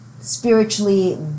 spiritually